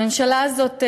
הממשלה הזאת,